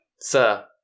Sir